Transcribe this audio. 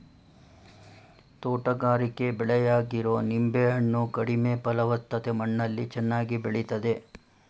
ತೋಟಗಾರಿಕೆ ಬೆಳೆಯಾಗಿರೊ ನಿಂಬೆ ಹಣ್ಣು ಕಡಿಮೆ ಫಲವತ್ತತೆ ಮಣ್ಣಲ್ಲಿ ಚೆನ್ನಾಗಿ ಬೆಳಿತದೆ